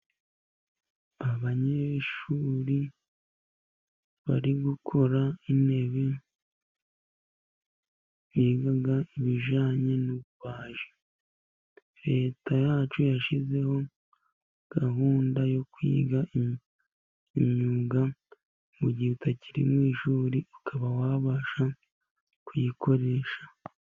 Abanyeshuri bari gukora intebe, biga ibijyanye n'ububaji. Leta yacu yashyizeho gahunda yo kwiga imyuga, mu gihe utakiri mu ishuri ukaba wabasha kuyikoresha.